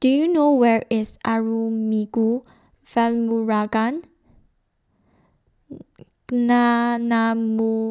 Do YOU know Where IS Arulmigu Velmurugan